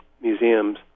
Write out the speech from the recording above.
museums